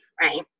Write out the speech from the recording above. right